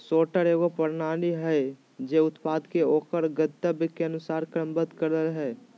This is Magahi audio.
सॉर्टर एगो प्रणाली हइ जे उत्पाद के ओकर गंतव्य के अनुसार क्रमबद्ध करय हइ